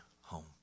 home